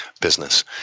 business